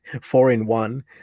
four-in-one